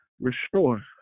Restore